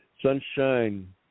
Sunshine